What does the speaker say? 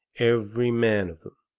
every man of them,